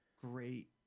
great